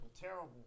terrible